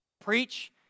Preach